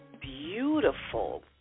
beautiful